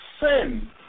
sin